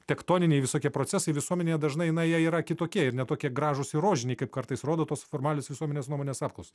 tektoniniai visokie procesai visuomenėje dažnai jie na yra kitokie ir ne tokie gražūs rožiniai kaip kartais rodo tos formalios visuomenės nuomonės apklausos